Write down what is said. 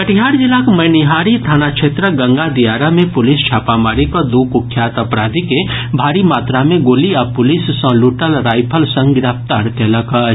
कटिहार जिलाक मनिहारी थाना क्षेत्रक गंगा दियारा मे पुलिस छापामारी कऽ दू कुख्यात अपराधी के भारी मात्रा मे गोली आ पुलिस सँ लूटल राइफल संग गिरफ्तार कयलक अछि